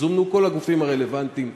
זומנו כל הגופים הרלוונטיים.